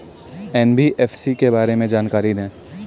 NBFC के बारे में जानकारी दें?